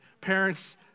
parents